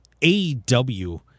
AEW